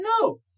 No